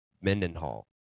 Mendenhall